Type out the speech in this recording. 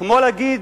כמו להגיד,